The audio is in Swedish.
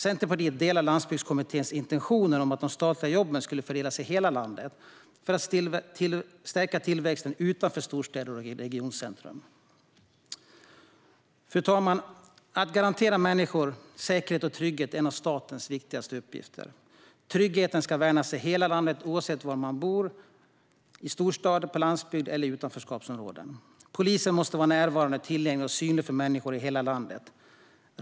Centerpartiet delar Landsbygdskommitténs intentioner om att de statliga jobben skulle fördelas i hela landet för att stärka tillväxten utanför storstäder och regioncentrum. Fru talman! Att garantera människor säkerhet och trygghet är en av statens viktigaste uppgifter. Tryggheten ska värnas i hela landet, oavsett om man bor i storstaden, på landsbygden eller i utanförskapsområden. Polisen måste vara närvarande, tillgänglig och synlig för människor i hela landet.